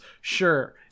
sure